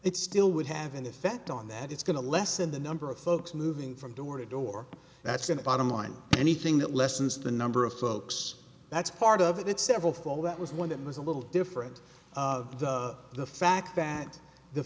it still would have an effect on that it's going to lessen the number of folks moving from door to door that's in the bottom line anything that lessens the number of folks that's part of it several fall that was one that was a little different the fact that the